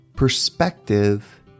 perspective